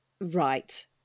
Right